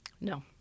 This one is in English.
No